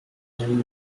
nel